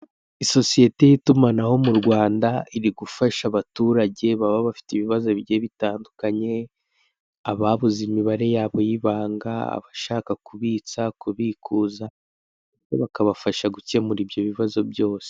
Isosiyete y'itumanaho mu Rwanda, iri gufasha abaturage baba bafite ibibazo bigiye bitandukanye, ababuze imibare yabo y'ibanga, abashaka kubitsa, kubikuza bakabafasha gukemura ibyo bibazo byose.